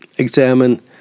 Examine